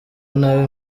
nabi